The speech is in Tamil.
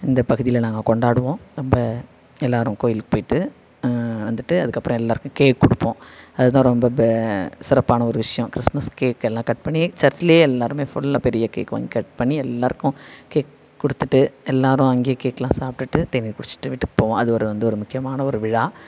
இந்த பகுதியில் நாங்கள் கொண்டாடுவோம் நம்ம எல்லாேரும் கோயிலுக்கு போய்விட்டு வந்துட்டு அதுக்கப்புறம் எல்லாேருக்கும் கேக் கொடுப்போம் அதுதான் ரொம்ப பே சிறப்பான ஒரு விஷயம் கிறிஸ்மஸ் கேக் எல்லாம் கட் பண்ணி சர்ச்சுலேயே எல்லாேருமே ஃபுல்லாக பெரிய கேக் வாங்கி கட் பண்ணி எல்லாேருக்கும் கேக் கொடுத்துட்டு எல்லாேரும் அங்கேயே கேக்கெல்லாம் சாப்பிட்டுட்டு தேநீர் குடிச்சுட்டு வீட்டுக்கு போவோம் அது ஒரு வந்து ஒரு முக்கியமான ஒரு விழா